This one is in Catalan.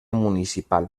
municipal